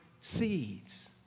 seeds